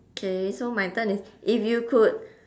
okay so my turn is if you could